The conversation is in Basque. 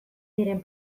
diren